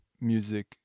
music